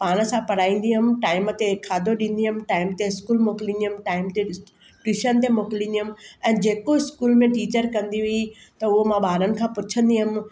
पाण सां पढ़ाईंदी हुअमि टाइम ते खाधो ॾींदी हुअमि टाइम ते इस्कूलु मोकिलींदी हुअमि टाइम ते ट्यूशन ते मोकिलींदी हुअमि ऐं जेको इस्कूल में टीचर कंदी हुई त उहो मां ॿारनि खां पुछंदी हुअमि